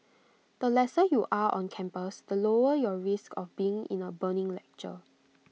the lesser you'll are on campus the lower your risk of being in A burning lecture